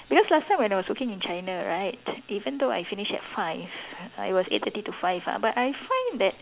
because last time when I was working in China right even though I finish at five I was eight thirty to five ah but I find that